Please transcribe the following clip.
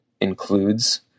includes